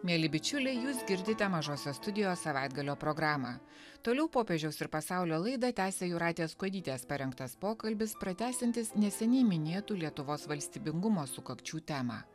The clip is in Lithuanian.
mieli bičiuliai jūs girdite mažosios studijos savaitgalio programą toliau popiežiaus ir pasaulio laidą tęsia jūratės kuodytės parengtas pokalbis pratęsiantis neseniai minėtų lietuvos valstybingumo sukakčių temą